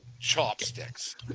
Chopsticks